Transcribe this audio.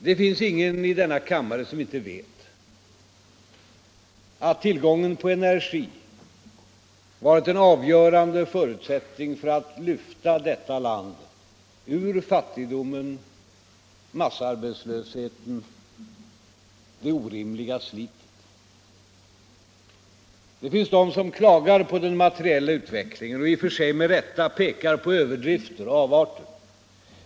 Det finns ingen i denna kammare som inte vet att tillgången på energi har varit en avgörande förutsättning för att lyfta detta land ur fattigdomen, massarbetslösheten, det orimliga slitet. Det finns de som klagar på den materiella utvecklingen och i och för sig med rätta pekar på överdrifter och avarter.